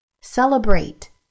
Celebrate